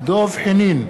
דב חנין,